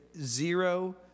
zero